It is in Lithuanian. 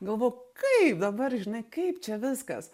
galvoju kaip dabar žinai kaip čia viskas